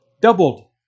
Doubled